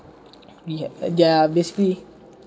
we have their basically